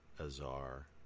Azar